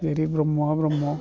जेरै ब्रह्मआ ब्रह्म